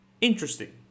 Interesting